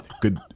Good